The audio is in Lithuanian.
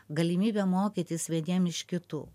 galimybė mokytis vieniem iš kitų